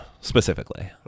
specifically